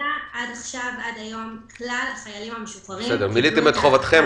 עד היום כלל החיילים המשוחררים הזכאים